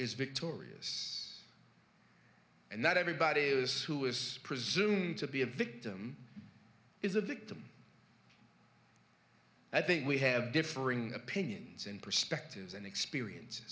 is victorious and that everybody who is who is presumed to be a victim is a victim i think we have differing opinions and perspectives and experience